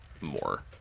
more